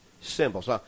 symbols